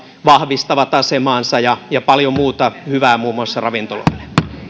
vahvistavat asemaansa ja seuraa paljon muuta hyvää muun muassa ravintoloille